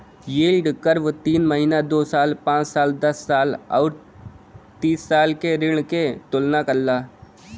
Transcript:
yield curve तीन महीना, दो साल, पांच साल, दस साल आउर तीस साल के ऋण क तुलना करला